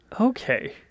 Okay